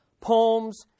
poems